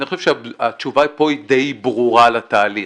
אני חושב שהתשובה פה היא די ברורה לתהליך,